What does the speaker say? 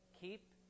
keep